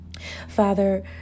Father